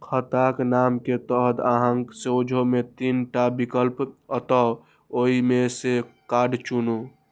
खाताक नाम के तहत अहांक सोझां मे तीन टा विकल्प आओत, ओइ मे सं कार्ड चुनू